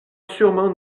sûrement